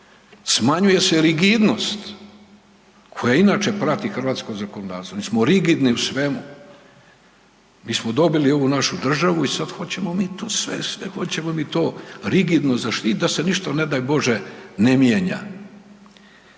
Smanjuje se rigidnost koja inače prati hrvatsko zakonodavstvo, mi smo rigidni u svemu, mi smo dobili ovu našu državu i sad hoćemo mi tu sve, sve hoćemo mi to rigidno zaštititi da se ništa ne daj Bože ne mijenja.